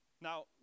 Now